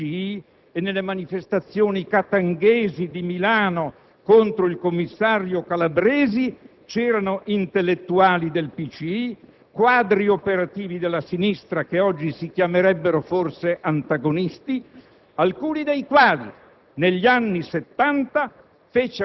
che nell'album di famiglia del PCI e nelle manifestazioni katanghesi di Milano contro il commissario Calabresi c'erano intellettuali del PCI e quadri operativi della sinistra, che oggi si chiamerebbero forse antagonisti, alcuni dei quali,